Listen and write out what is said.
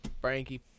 Frankie